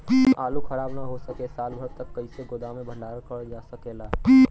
आलू खराब न हो सके साल भर तक कइसे गोदाम मे भण्डारण कर जा सकेला?